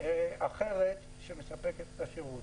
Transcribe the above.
אחרת שמספקת את השירות.